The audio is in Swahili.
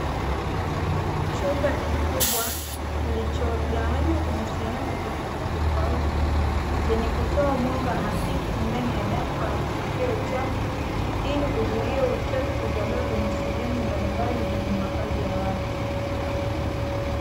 Chumba kikubwa kilichogawanywa kwenye sehemu tofautitofauti zenye kutoa mwanga hafifu ndani ya dampo la kutupia uchafu, ili kuzuia uchafu kuzagaa kwenye sehemu mbalimbal zenye makazi ya watu.